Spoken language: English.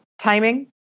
timing